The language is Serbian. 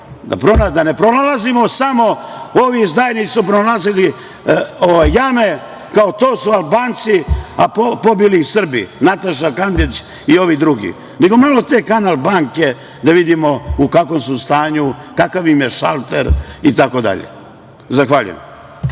da ne pronalazimo samo, ovi su pronalazili jame, kao to su Albanci, a pobili ih Srbi. Nataša Kandić i ovi drugi, nego malo te „kanal banke“ da vidimo u kakvom su stanju, kakav im je šalter i tako dalje. Zahvaljujem.